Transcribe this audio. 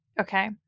Okay